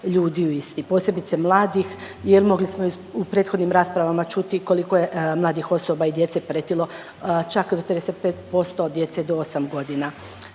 ljudi u isti posebice mladih. Jer mogli smo u prethodnim raspravama čuti koliko je mladih osoba i djece pretilo. Čak do 35% djece do 8 godina.